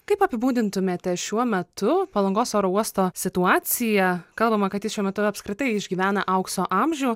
kaip apibūdintumėte šiuo metu palangos oro uosto situaciją kalbama kad ji šiuo metu apskritai išgyvena aukso amžių